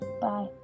Bye